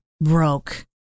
broke